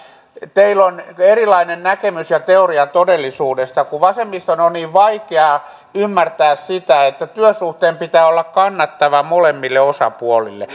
teillä on erilainen näkemys ja teoria todellisuudesta kun vasemmiston on niin vaikea ymmärtää sitä että työsuhteen pitää olla kannattava molemmille osapuolille